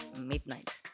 midnight